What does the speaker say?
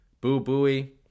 boo-booey